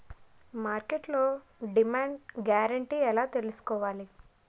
మార్కెట్లో demand guarantee ఎలా తెల్సుకోవాలి?